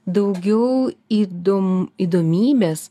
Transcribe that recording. daugiau įdom įdomybės